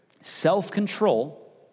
self-control